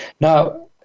now